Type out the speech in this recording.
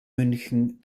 münchen